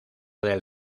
del